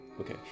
okay